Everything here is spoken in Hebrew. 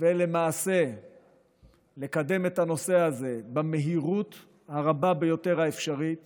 ולמעשה לקדם את הנושא הזה במהירות הרבה ביותר האפשרית